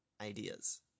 ideas